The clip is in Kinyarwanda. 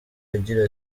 agira